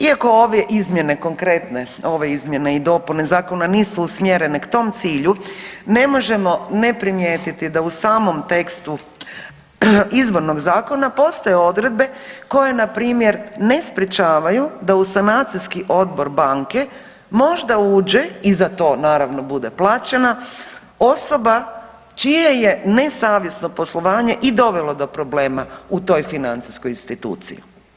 Iako ove izmjene konkretne izmjene i dopune zakona nisu usmjerene k tom cilju ne možemo ne primijetiti da u samom tekstu izvornog zakona postoje odredbe koje na primjer ne sprječavaju da u sanacijski odbor banke možda uđe i za to naravno bude plaćena osoba čije je nesavjesno poslovanje i dovelo do problema u toj financijskoj instituciji.